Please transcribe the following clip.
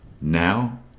now